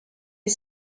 est